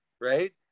right